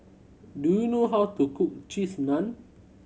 do you know how to cook Cheese Naan